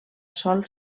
sol